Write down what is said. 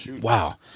Wow